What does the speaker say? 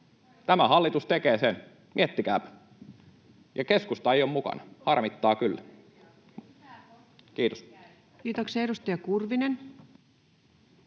Tämä hallitus tekee sen — miettikääpä. Ja keskusta ei ole mukana, harmittaa kyllä. — Kiitos. [Helena Marttila: